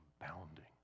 abounding